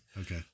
Okay